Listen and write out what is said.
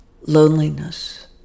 loneliness